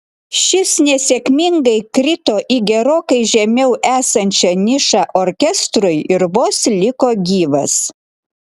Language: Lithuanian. šis nesėkmingai krito į gerokai žemiau esančią nišą orkestrui ir vos liko gyvas